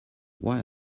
why